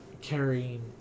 carrying